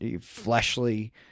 fleshly